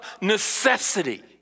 necessity